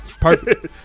Perfect